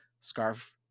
Scarf